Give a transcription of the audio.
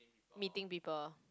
meeting people